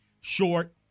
short